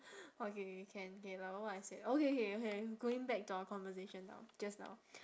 okay can K about what I said oh okay okay okay going back to our conversation now just now